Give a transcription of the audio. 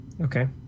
okay